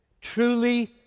Truly